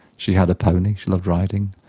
she had a pony, she loved riding.